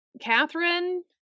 Catherine